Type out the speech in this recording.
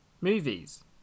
movies